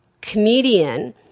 comedian